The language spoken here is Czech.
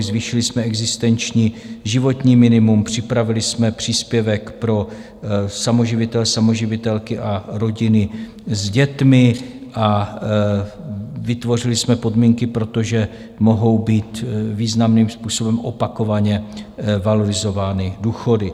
Zvýšili jsme existenční a životní minimum, připravili jsme příspěvek pro samoživitele, samoživitelky a rodiny s dětmi a vytvořili jsme podmínky pro to, že mohou být významným způsobem opakovaně valorizovány důchody.